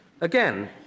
Again